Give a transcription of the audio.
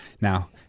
Now